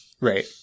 right